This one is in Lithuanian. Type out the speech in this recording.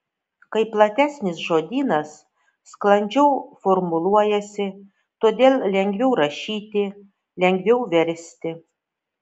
kai platesnis žodynas sklandžiau formuluojasi todėl lengviau rašyti lengviau versti